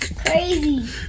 Crazy